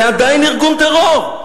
זה עדיין ארגון טרור.